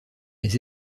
les